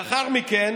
לאחר מכן